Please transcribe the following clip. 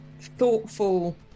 thoughtful